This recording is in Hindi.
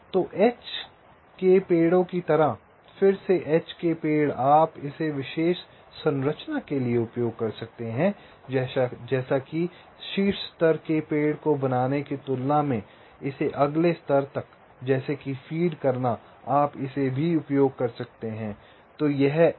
तो एच के पेड़ों की तरह फिर से एच के पेड़ आप इसे विशेष संरचना के लिए उपयोग कर सकते हैं जैसे कि शीर्ष स्तर के पेड़ को बनाने की तुलना में इसे अगले स्तर तक जैसे कि फीड करना आप इसे भी उपयोग कर सकते हैं